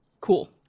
cool